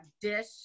dish